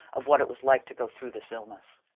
of what it was like to go through this illness.